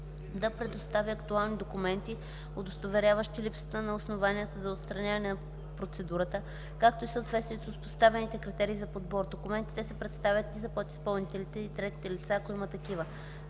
да предостави актуални документи, удостоверяващи липсата на основанията за отстраняване от процедурата, както и съответствието с поставените критерии за подбор. Документите се представят и за подизпълнителите и третите лица, ако има такива.